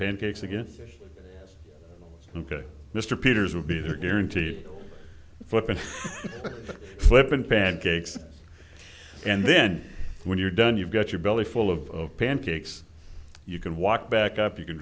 pancakes again ok mr peters will be there guaranteed flip and flip and pancakes and then when you're done you've got your belly full of pancakes you can walk back up you can